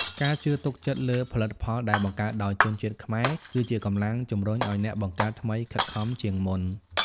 ការជឿទុកចិត្តលើផលិតផលដែលបង្កើតដោយជនជាតិខ្មែរគឺជាកម្លាំងជំរុញឱ្យអ្នកបង្កើតថ្មីខិតខំជាងមុន។